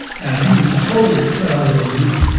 and he was totally cut out of the loop